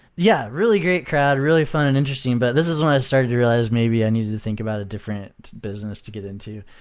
yeah, really great crowd. really fun and interesting, but this is when i started to realize maybe i needed to think about a different business to get into,